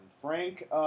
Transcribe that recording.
Frank